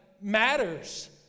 matters